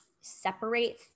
separate